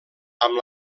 amb